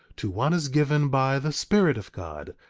to one is given by the spirit of god,